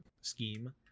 scheme